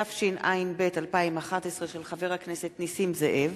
התשע”ב 2011, מאת חבר הכנסת מאיר שטרית,